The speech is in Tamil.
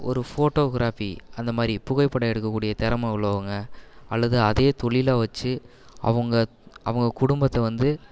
ஒரு ஃபோட்டோகிராஃபி அந்தமாதிரி புகைப்படம் எடுக்கக்கூடிய திறம உள்ளவங்க அல்லது அதே தொழில வச்சு அவங்க அவங்க குடும்பத்தை வந்து